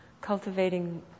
cultivating